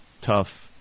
tough